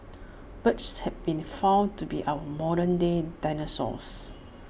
birds have been found to be our modern day dinosaurs